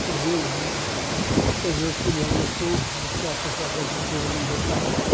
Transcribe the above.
सहयोग हो सहयोग के लिए हमलोग को रुपया पैसा का ज़रूरी होता है